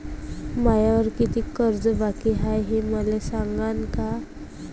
मायावर कितीक कर्ज बाकी हाय, हे मले सांगान का?